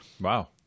Wow